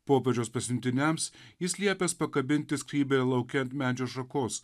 popiežiaus pasiuntiniams jis liepęs pakabinti skrybėlę lauke ant medžio šakos